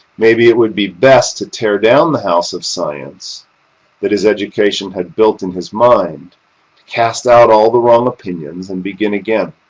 maybe it would be best to tear down the house of science that his education had built in his mind to cast out all the wrong opinions and begin again.